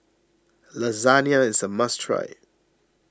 Lasagne is a must try